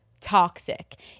toxic